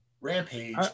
Rampage